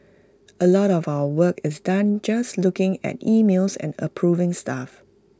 A lot of our work is done just looking at emails and approving stuff